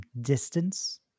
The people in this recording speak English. distance